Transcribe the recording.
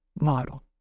model